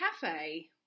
cafe –